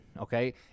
okay